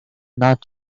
not